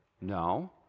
No